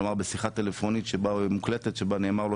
כלומר בשיחת טלפונית מוקלטת בה נאמר לו